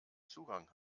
zugang